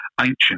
ancient